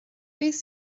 beth